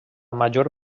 major